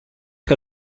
que